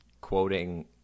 quoting